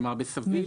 כלומר, בסביל: